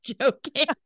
joking